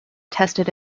tested